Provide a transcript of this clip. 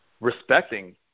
respecting